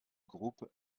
groupe